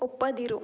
ಒಪ್ಪದಿರು